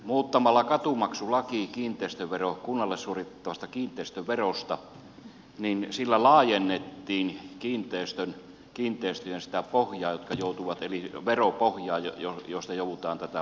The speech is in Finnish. muuttamalla katumaksulaki laiksi kunnalle suoritettavasta kiinteistöverosta laajennettiin kiinteistöjen veropohjaa joista joudutaan tätä maksua maksamaan